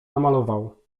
namalował